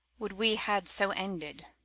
would we had so ended!